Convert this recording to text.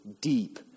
deep